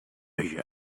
you